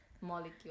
Molecule